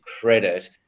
credit